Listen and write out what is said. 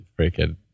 Freaking